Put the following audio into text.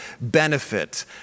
benefit